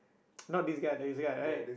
not this guy this guy right